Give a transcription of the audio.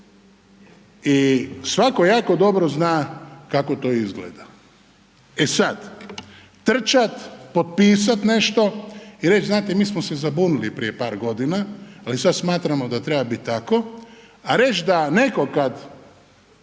i svako jako dobro zna kako to izgleda. E sada trčat, potpisat nešto i reći znate mi smo se zabunili prije par godina, ali sada smatramo da treba biti tako. A reći da neko kad